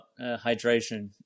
hydration